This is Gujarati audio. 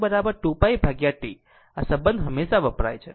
આ સંબંધ હંમેશા વપરાય છે